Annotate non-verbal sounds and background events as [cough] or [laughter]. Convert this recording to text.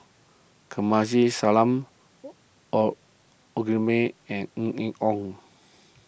Kamsari Salam [unintelligible] May and Ng Eng [unintelligible]